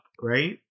right